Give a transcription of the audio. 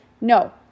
No